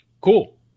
Cool